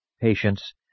patience